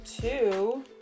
two